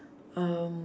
um